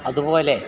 അതുപോലെ